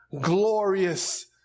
glorious